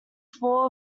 four